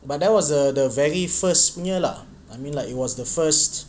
but that was the the very first punya lah I mean like it was the first